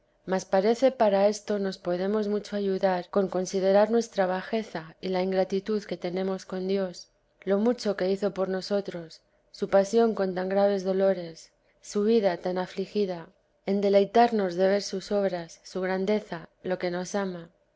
mas parece para esto nos podemos mucho ayudar con considerar nuestra bajeza y la ingratitud que tenemos con dios lo mucho que hizo por nosotros su pasión con tan graves dolores su vida tan afligida en deleitarnos de ver sus obras su grandeza lo que nos ama